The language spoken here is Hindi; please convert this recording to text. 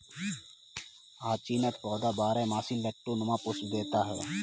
हाचीनथ पौधा बारहमासी लट्टू नुमा पुष्प होता है